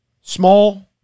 small